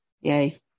yay